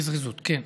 בזריזות, כן.